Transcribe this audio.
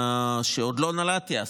עוד לא נולדתי אז,